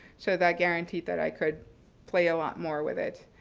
so that guaranteed that i could play a lot more with it.